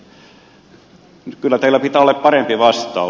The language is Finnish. kyllä teillä pitää olla parempi vastaus